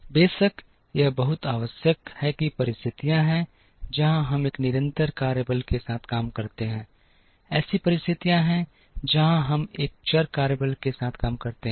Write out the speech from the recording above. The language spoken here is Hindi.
बेशक यह बहुत आवश्यक है कि परिस्थितियां हैं जहां हम एक निरंतर कार्यबल के साथ काम करते हैं ऐसी परिस्थितियां हैं जहां हम एक चर कार्यबल के साथ काम करते हैं